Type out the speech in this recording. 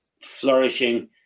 flourishing